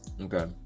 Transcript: Okay